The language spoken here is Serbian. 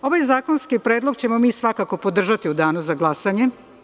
Ovaj zakonski predlog ćemo mi svakako podržati u danu za glasanje.